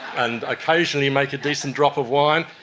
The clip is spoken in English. and occasionally make a decent drop of wine!